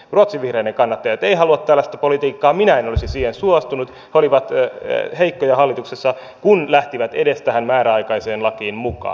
ruotsin vihreiden kannattajat eivät halua tällaista politiikkaa minä en olisi siihen suostunut he olivat heikkoja hallituksessa kun lähtivät edes tähän määräaikaiseen lakiin mukaan